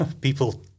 people